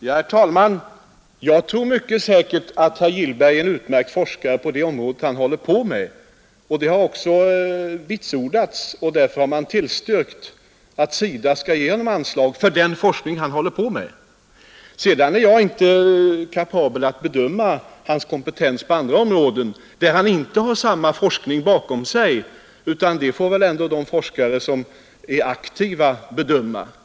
Herr talman! Jag är säker på att herr Gillberg är en utmärkt forskare på det område där han arbetar. Detta har också vitsordats, och därför har man tillstyrkt att SIDA skall ge honom anslag för den forskning han håller på med. Sedan är jag inte kapabel att bedöma hans kompetens på andra områden, där han inte har samma forskning bakom sig, utan det får väl ändå de forskare som är aktiva bedöma.